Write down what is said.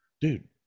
Dude